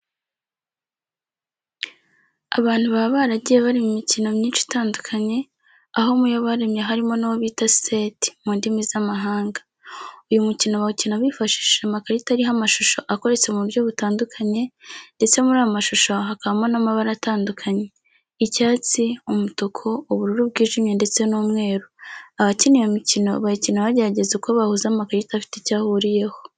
Abantu baba baragiye barema imikino myinshi itandukanye, aho mu yo baremye harimo n'uwo bita "SET" mu ndimi z'amahanga. Uyu mukino bawukina bifashishije amakarita ariho amashusho akoretse mu buryo butandukanye ndetse muri ayo mashusho hakabamo n'amabara atandukanye: icyatsi, umutuku, ubururu bwijimye ndetse n'umweru. Abakina iyo mikino, bayikina bagerageza uko bahuza amakarita afite icyo ahuriyeho.